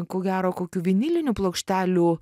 ko gero kokių vinilinių plokštelių